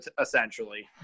essentially